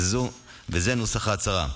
וזה נוסח ההצהרה: